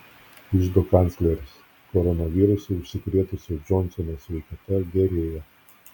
iždo kancleris koronavirusu užsikrėtusio džonsono sveikata gerėja